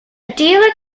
dealer